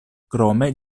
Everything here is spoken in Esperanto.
krome